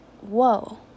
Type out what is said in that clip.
whoa